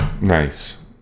Nice